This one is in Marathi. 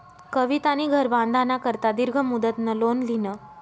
कवितानी घर बांधाना करता दीर्घ मुदतनं लोन ल्हिनं